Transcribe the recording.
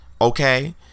okay